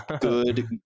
good